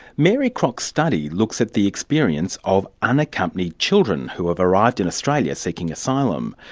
mary crock's study looks at the experience of unaccompanied children who have arrived in australia seeking asylum.